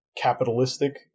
capitalistic